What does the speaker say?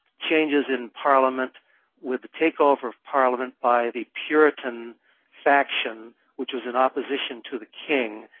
changes in parliament with the takeover of parliament by the puritan faction which is in opposition to the king.